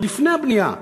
עוד לפני הבנייה,